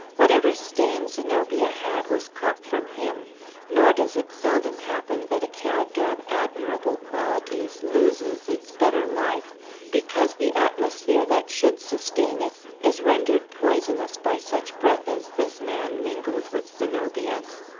whatever stain zenobia had was caught from him nor does it seldom happen that a character of admirable qualities loses its better life because the atmosphere that should sustain it is rendered poisonous by such breath as this man mingled with zenobia's.